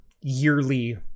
yearly